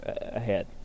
ahead